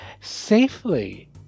safely